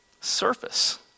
surface